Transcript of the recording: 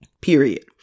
Period